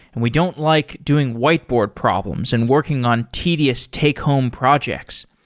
and we don't like doing whiteboard problems and working on tedious take home projects.